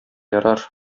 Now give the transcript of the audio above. ярар